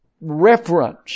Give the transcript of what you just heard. reference